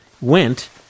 went